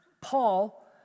Paul